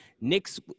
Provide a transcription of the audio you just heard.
Nick's